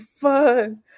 fun